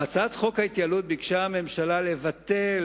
בהצעת חוק ההתייעלות ביקשה הממשלה לבטל